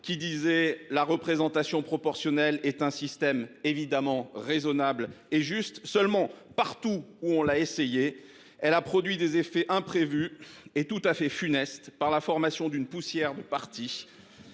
qui disait la représentation proportionnelle est un système évidemment raisonnable et juste, seulement partout où on l'a essayé, Elle a produit des effets imprévus et tout à fait funestes par la formation d'une poussière de partis